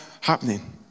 happening